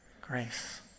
grace